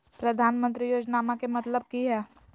प्रधानमंत्री योजनामा के मतलब कि हय?